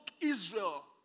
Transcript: Israel